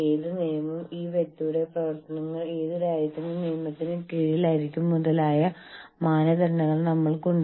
ആളുകൾ കൂടുതൽ കൂടുതൽ വിദ്യാസമ്പന്നരും കൂടുതൽ കൂടുതൽ ബോധവാന്മാരും ആയിത്തീർത്തു